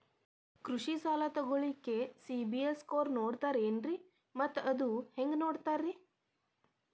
ಕೃಷಿ ಸಾಲ ತಗೋಳಿಕ್ಕೆ ಸಿಬಿಲ್ ಸ್ಕೋರ್ ನೋಡ್ತಾರೆ ಏನ್ರಿ ಮತ್ತ ಅದು ಹೆಂಗೆ ನೋಡ್ತಾರೇ?